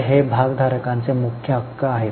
तर हे भागधारकांचे मुख्य हक्क आहेत